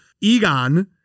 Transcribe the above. Egon